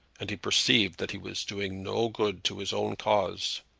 and he perceived that he was doing no good to his own cause.